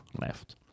left